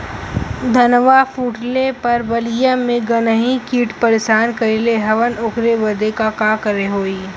धनवा फूटले पर बलिया में गान्ही कीट परेशान कइले हवन ओकरे बदे का करे होई?